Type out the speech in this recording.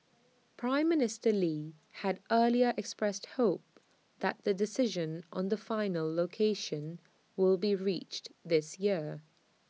Prime Minister lee had earlier expressed hope that the decision on the final location will be reached this year